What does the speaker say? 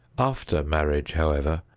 after marriage however,